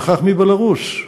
וכך מבלרוס,